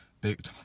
big